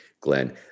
Glenn